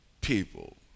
people